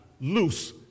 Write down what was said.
loose